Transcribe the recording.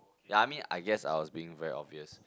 ya I mean I guess I was being very obvious